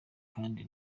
kandi